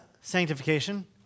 sanctification